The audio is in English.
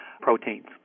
proteins